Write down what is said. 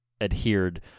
adhered